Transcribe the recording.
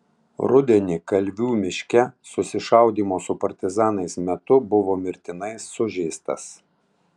rudenį kalvių miške susišaudymo su partizanais metu buvo mirtinai sužeistas